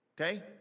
Okay